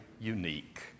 unique